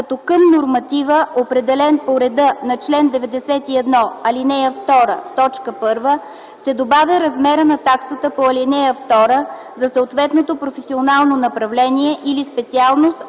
като към норматива, определен по реда на чл. 91, ал. 2, т. 1 се добавя размерът на таксата по ал. 2 за съответното професионално направление или специалност